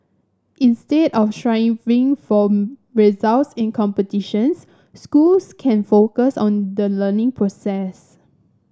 instead of trying for results in competitions schools can focus on the learning process